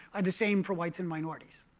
are the same for whites and minorities.